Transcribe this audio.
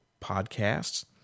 Podcasts